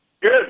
good